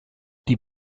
die